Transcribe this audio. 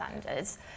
standards